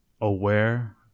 aware